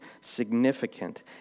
significant